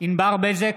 ענבר בזק,